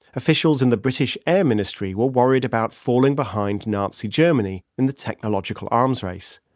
officials in the british air ministry were worried about falling behind nazi germany in the technological arms race.